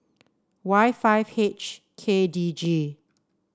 Y five H K D G